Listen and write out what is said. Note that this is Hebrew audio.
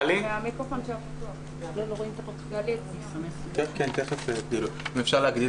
-- שנרצחה לפני 24 שנים על ידי מי שנקרא